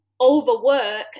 overwork